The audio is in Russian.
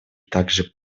также